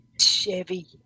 Chevy